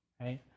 right